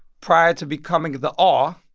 prior to becoming the r,